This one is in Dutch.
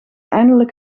eindelijk